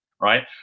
right